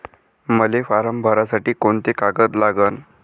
मले फारम भरासाठी कोंते कागद लागन?